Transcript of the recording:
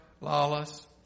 Lawless